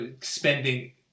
spending